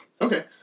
Okay